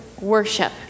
worship